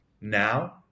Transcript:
now